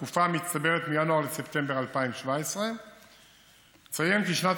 בתקופה המצטברת מינואר לספטמבר 2017. אציין כי שנת